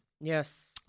Yes